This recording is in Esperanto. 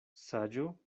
saĝo